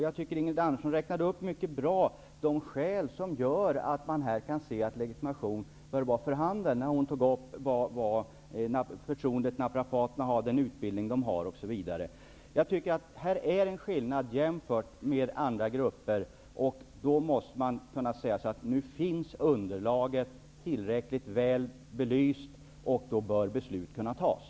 Jag tycker att Ingrid Anderssons uppräkning var mycket bra när det gäller de skäl som talar för att legitimation bör vara för handen. Hon nämnde ju det förtroende som naprapaterna åtnjuter, vilken utbildning dessa har osv. Jag anser dock att det finns en skillnad här jämfört med andra grupper. Därför måste man kunna säga att det nu finns ett underlag som är tillräckligt väl belyst och att beslut därför bör kunna fattas.